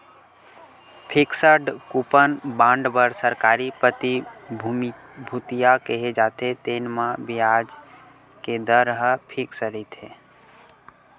fixed coupon bond बर सरकारी प्रतिभूतिया केहे जाथे, तेन म बियाज के दर ह फिक्स रहिथे